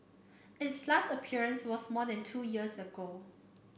its last appearance was more than two years ago